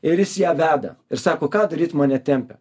ir jis ją veda ir sako ką daryt mane tempia